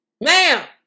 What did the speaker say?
ma'am